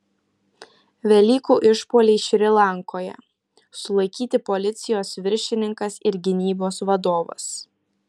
velykų išpuoliai šri lankoje sulaikyti policijos viršininkas ir gynybos vadovas